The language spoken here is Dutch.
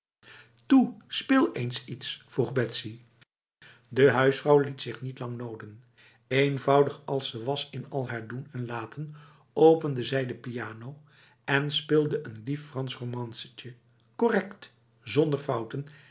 toe speel eens iets vroeg betsy de huisvrouw liet zich niet lang noden eenvoudig als ze was in al haar doen en laten opende zij de piano en speelde een lief frans romancetje correct zonder fouten